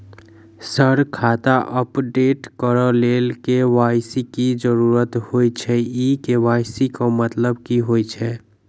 Sir खाता update करऽ लेल के.वाई.सी की जरुरत होइ छैय इ के.वाई.सी केँ मतलब की होइ छैय?